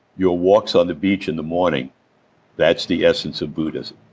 your walks on the beach in the morning that's the essence of buddhism.